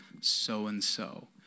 so-and-so